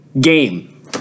game